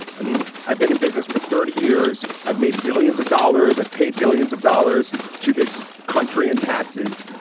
i mean, i've been in business for thirty years. i've made billions of dollars of paid billions of dollars to this country and taxes.